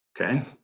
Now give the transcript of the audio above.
Okay